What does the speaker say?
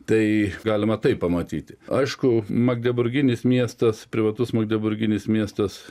tai galima tai pamatyti aišku magdeburginis miestas privatus magdeburginis miestas